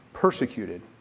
persecuted